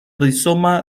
rizoma